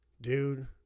dude